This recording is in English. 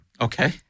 okay